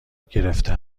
گرفته